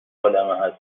عالم